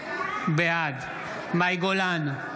בעד מאי גולן,